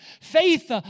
Faith